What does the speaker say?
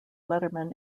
letterman